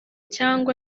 cyangwa